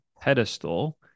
pedestal